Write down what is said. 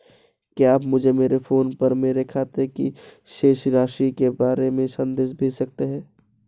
क्या आप मुझे मेरे फ़ोन पर मेरे खाते की शेष राशि के बारे में संदेश भेज सकते हैं?